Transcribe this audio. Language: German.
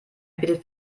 bietet